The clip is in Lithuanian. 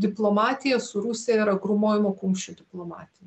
diplomatija su rusija yra grūmojimo kumščiu diplomatija